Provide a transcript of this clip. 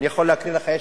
אני יכול לקרוא לך.